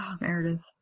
Meredith